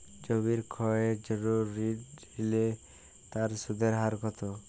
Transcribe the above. জমি ক্রয়ের জন্য ঋণ নিলে তার সুদের হার কতো?